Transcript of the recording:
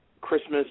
Christmas